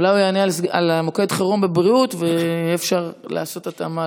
אולי הוא יענה על מוקד החירום בבריאות ויהיה אפשר לעשות התאמה